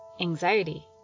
Anxiety